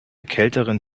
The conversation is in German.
kälteren